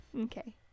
Okay